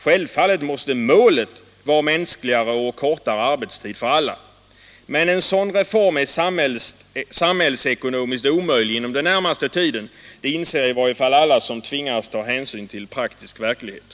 Självfallet måste målet vara mänskligare och kortare arbetstid för alla. Men en sådan reform är samhällsekonomiskt omöjlig inom den närmaste tiden, det inser i varje fall alla som tvingas ta hänsyn till praktisk verklighet.